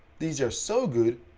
these are so good,